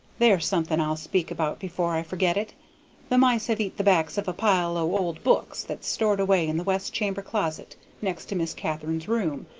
there's something i'll speak about before i forget it the mice have eat the backs of a pile o' old books that's stored away in the west chamber closet next to miss katharine's room,